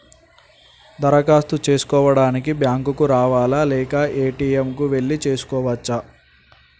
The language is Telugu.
దరఖాస్తు చేసుకోవడానికి బ్యాంక్ కు రావాలా లేక ఏ.టి.ఎమ్ కు వెళ్లి చేసుకోవచ్చా?